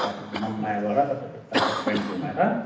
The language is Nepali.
हजुर मङमायाबाट तपाईँको सत्ताइस माइल घुमाएर